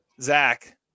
Zach